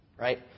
right